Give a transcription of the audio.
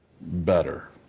better